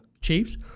Chiefs